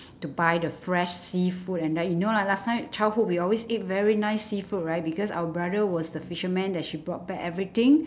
to buy the fresh seafood and that you know lah last time childhood we always eat very nice seafood right because our brother was the fisherman that she brought back everything